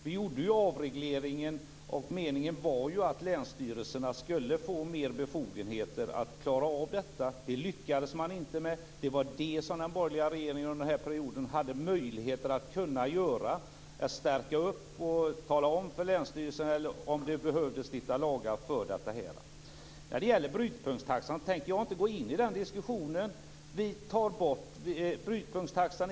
Vi genomförde avregleringen, och meningen var ju att länsstyrelserna skulle få större befogenheter för att klara av detta, men det lyckades man inte med. Det var det som den borgerliga regeringen under den här perioden hade möjlighet att göra, att informera länsstyrelserna eller att stifta lagar. Jag tänker inte gå in i någon diskussion om brytpunktstaxan.